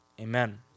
Amen